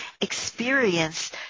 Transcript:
experience